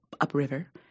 upriver